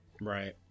Right